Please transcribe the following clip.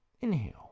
Inhale